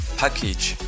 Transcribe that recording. package